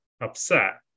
upset